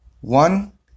One